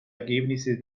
ergebnisse